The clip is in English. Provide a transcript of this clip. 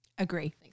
Agree